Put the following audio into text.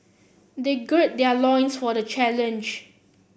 they gird their loins for the challenge